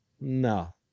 No